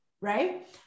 right